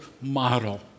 model